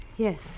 Yes